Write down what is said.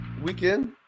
Weekend